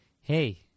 hey